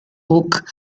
oak